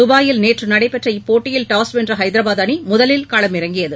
துபாயில் நேற்று நடைபெற்ற இப்போட்டியில் டாஸ் வென்ற ஐதரபாத் அணி முதலில் களமிறங்கியது